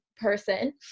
person